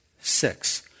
six